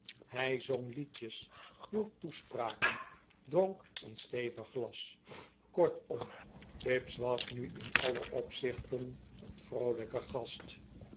hij zong liedjes hield toespraken dronk een stevig glas kortom fips was nu in alle opzichten een vroolijke gast